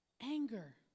Anger